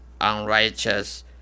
unrighteous